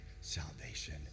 salvation